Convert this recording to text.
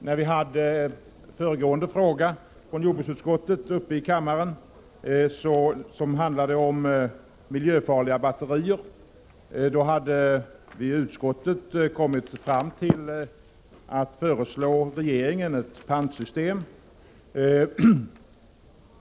När föregående fråga från jordbruksutskottet, som handlade om miljöfarliga batterier, var uppe i kammaren kom utskottet fram till att föreslå regeringen ett pantsystem.